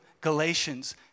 Galatians